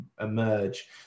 emerge